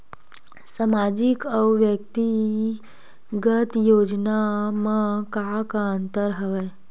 सामाजिक अउ व्यक्तिगत योजना म का का अंतर हवय?